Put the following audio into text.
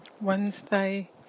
Wednesday